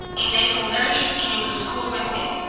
in april mary schuh came to school with me.